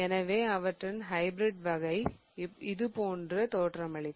எனவே அவற்றின் ஹைபிரிட் வகை இதுபோன்று தோற்றமளிக்கும்